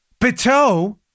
Bateau